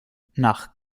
nach